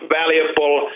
valuable